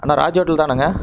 அண்ணா Raja hotel தானங்க